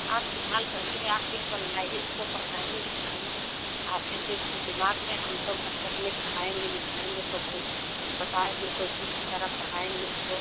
आप करिए आप ही समझाइए इसको पढ़ाइए लिखाइए आप जैसे इसको दिमाग में हम तो घर से अपने पढ़ाएंगे लिखाएंगे तो हई बताएंगे कोचिंग की तरह पढ़ाएंगे इसको